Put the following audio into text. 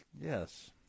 Yes